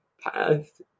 path